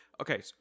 Okay